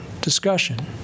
Discussion